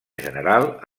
general